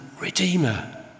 redeemer